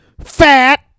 Fat